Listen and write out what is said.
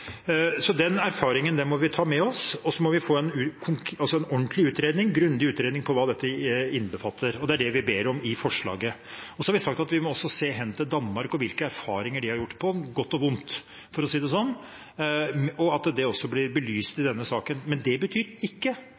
Den erfaringen må vi ta med oss. Så må vi få en ordentlig og grundig utredning av hva dette innbefatter, og det er det vi ber om i forslaget. Så har vi sagt at vi også må se hen til Danmark og hvilke erfaringer de har gjort, på godt og vondt, for å si det sånn, og at det også blir belyst i denne saken, men det betyr ikke